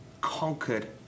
conquered